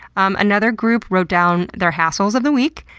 um another group wrote down their hassles of the week.